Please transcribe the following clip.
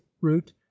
root